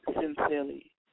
Sincerely